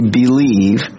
believe